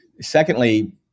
Secondly